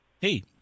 Hey